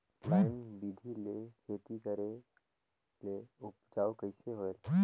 Line बिधी ले खेती करेले उपजाऊ कइसे होयल?